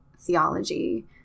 theology